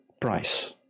price